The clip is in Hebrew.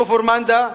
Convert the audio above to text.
כפר-מנדא,